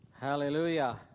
Hallelujah